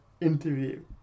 interview